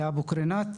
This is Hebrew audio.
באבו קרינאת.